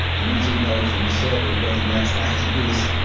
i need to know from the server what the next action is,